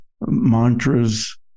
mantras